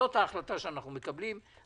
זאת ההחלטה שאנחנו מקבלים.